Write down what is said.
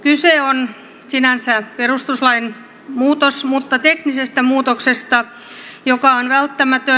kyse on sinänsä perustuslain muutoksesta mutta teknisestä muutoksesta joka on välttämätön